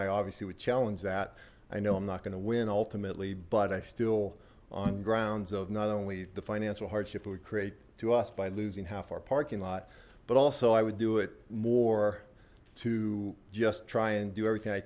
i obviously would challenge that i know i'm not going to win ultimately but i still on grounds of not only the financial hardship it would create to us by losing half our parking lot but also i would do it more to just try and do everything i